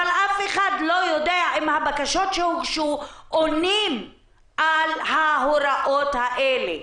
אבל אף אחד לא יודע אם הבקשות שהוגשו עונות על ההוראות האלה.